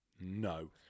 no